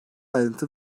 ayrıntı